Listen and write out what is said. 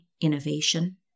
innovation